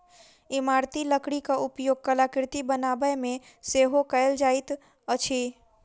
इमारती लकड़ीक उपयोग कलाकृति बनाबयमे सेहो कयल जाइत अछि